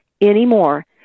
anymore